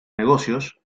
negocios